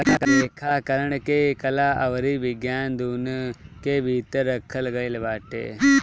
लेखाकरण के कला अउरी विज्ञान दूनो के भीतर रखल गईल बाटे